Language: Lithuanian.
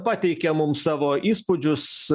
pateikia mums savo įspūdžius